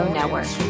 Network